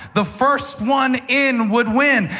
the first one in would win.